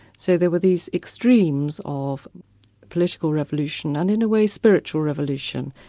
so there were these extremes of political revolution, and in a way spiritual revolution,